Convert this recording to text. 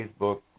Facebook